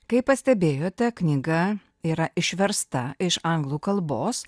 kaip pastebėjote knyga yra išversta iš anglų kalbos